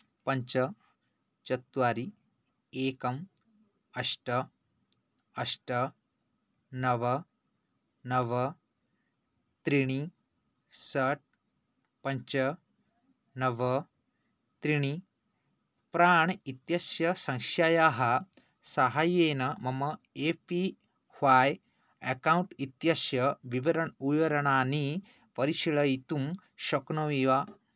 पञ्च चत्वारि एकं अष्ट अष्ट नव नव त्रीणि षट् पञ्च नव त्रीणि प्राण् इत्यस्य सङ्ख्यायाः साहाय्येन मम ए पी ःपय् अकौण्ट् इत्यस्य विवरणानि परिशीलयितुं शक्नोमि वा